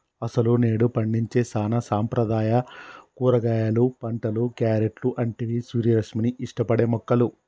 అసలు నేడు పండించే సానా సాంప్రదాయ కూరగాయలు పంటలు, క్యారెట్లు అంటివి సూర్యరశ్మిని ఇష్టపడే మొక్కలు